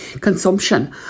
consumption